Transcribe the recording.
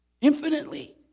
Infinitely